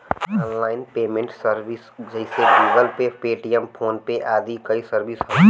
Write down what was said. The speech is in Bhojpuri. आनलाइन पेमेंट सर्विस जइसे Google Pay, Paytm, PhonePe आदि कई सर्विस हौ